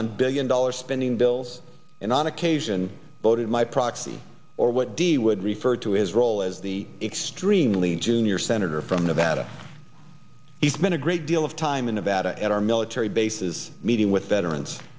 on billion dollar spending bills and on occasion voted my proxy or what d would refer to his role as the extremely junior senator from nevada he spent a great deal of time in nevada at our military bases meeting with veterans